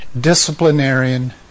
disciplinarian